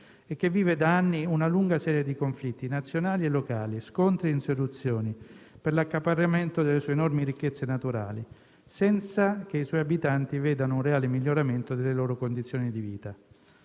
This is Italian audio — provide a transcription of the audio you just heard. e che vive da anni una lunga serie di conflitti nazionali e locali, scontri e insurrezioni per l'accaparramento delle sue enormi ricchezze naturali, senza che i suoi abitanti vedano un reale miglioramento delle loro condizioni di vita.